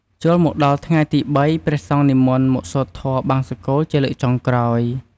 ចូលមកដល់ថ្ងៃទី៣ ព្រះសង្ឃនិមន្តមកសូត្រធម៌បង្សុកូលជាលើកចុងក្រោយ។